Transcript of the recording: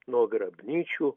nuo grabnyčių